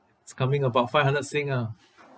it's coming about five hundred sing ah